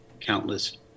countless